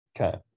Okay